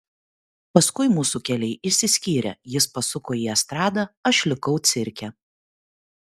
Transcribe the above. paskui mūsų keliai išsiskyrė jis pasuko į estradą aš likau cirke